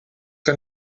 que